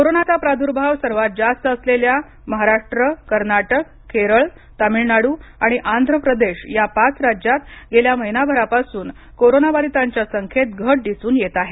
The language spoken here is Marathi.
कोरोनाचा प्रादुर्भाव सर्वात जास्त असलेल्या महाराष्ट्र कर्नाटक केरळ तामिळनाडू आणि आंध्र प्रदेश या पाच राज्यात गेल्या महिनाभरापासून कोरोना बाधितांच्या संख्येत घट दिसून येत आहे